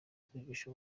kwigisha